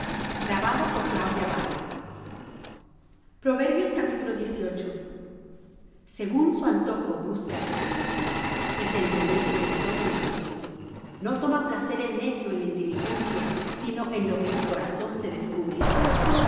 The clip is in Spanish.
sus labios es entendido segun su antojo busca el que se desvía y se entremete en todo negocio no toma placer el necio en la inteligencia sino en lo que su corazón se descubre